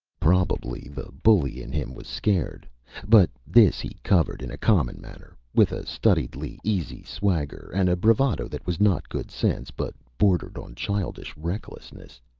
probably the bully in him was scared but this he covered in a common manner with a studiedly easy swagger, and a bravado that was not good sense, but bordered on childish recklessness.